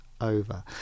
over